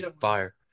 fire